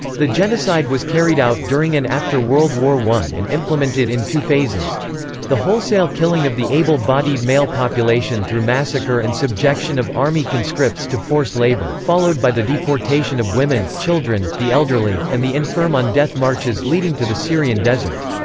the genocide was carried out during and after world war i and implemented in two phases the wholesale killing of the able-bodied male population through massacre and subjection of army conscripts to forced labour, followed by the deportation of women, children, the elderly, and the infirm on death marches leading to the syrian desert.